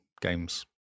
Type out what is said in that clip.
games